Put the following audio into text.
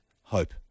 hope